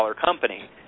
company